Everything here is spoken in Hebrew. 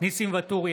ניסים ואטורי,